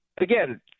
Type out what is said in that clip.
again